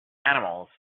animals